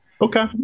Okay